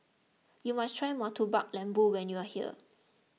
you must try Murtabak Lembu when you are here